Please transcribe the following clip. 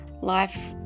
Life